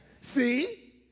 See